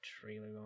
trailer